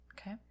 Okay